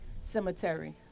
cemetery